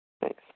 Thanks